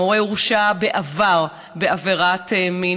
המורה הורשע בעבר בעבירת מין.